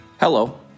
Hello